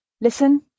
Listen